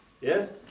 Yes